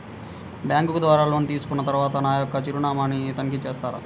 Bank ద్వారా loan తీసుకున్న తరువాత నా యొక్క చిరునామాని తనిఖీ చేస్తారా?